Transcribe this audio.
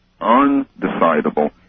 undecidable